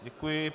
Děkuji.